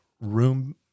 room